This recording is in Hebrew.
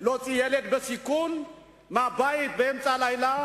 להוציא ילד בסיכון מהבית באמצע הלילה,